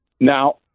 Now